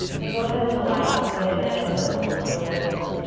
then go ahead and allow the weight of the head to relax over.